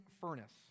furnace